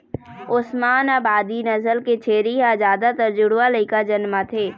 ओस्मानाबादी नसल के छेरी ह जादातर जुड़वा लइका जनमाथे